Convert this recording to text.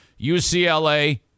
UCLA